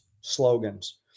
slogans